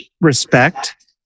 respect